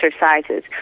exercises